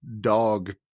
dog